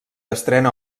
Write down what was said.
estrena